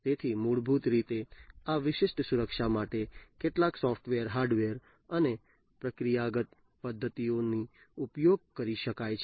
તેથી મૂળભૂત રીતે આ વિશિષ્ટ સુરક્ષા માટે કેટલાક સોફ્ટવેર હાર્ડવેર અને પ્રક્રિયાગત પદ્ધતિઓનો ઉપયોગ કરી શકાય છે